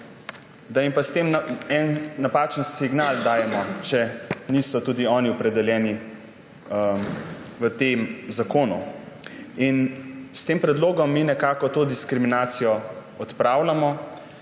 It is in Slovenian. s tem en dajemo napačen signal, če niso tudi oni opredeljeni v tem zakonu. S tem predlogom mi nekako to diskriminacijo odpravljamo,